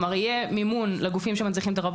כלומר יהיה מימון לגופים שמנציחים את הרב